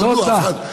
תודה.